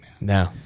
No